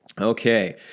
Okay